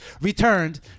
Returned